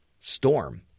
Storm